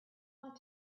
want